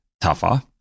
tougher